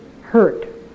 hurt